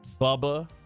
Bubba